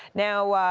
now,